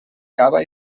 cava